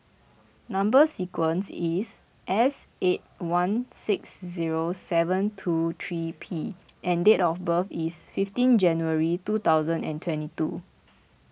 Number Sequence is S eight one six zero seven two three P and date of birth is fifteen January two thousand and twenty two